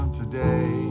today